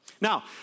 Now